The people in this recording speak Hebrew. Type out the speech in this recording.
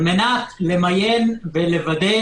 כדי למיין ולוודא,